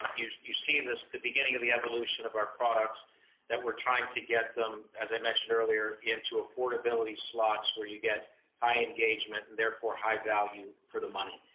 you see this the beginning of the evolution of our products that we're trying to get them, as i mentioned earlier, into affordability slots where you get high engagement and therefore high value for the money.